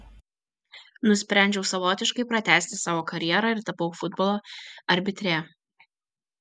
nusprendžiau savotiškai pratęsti savo karjerą ir tapau futbolo arbitre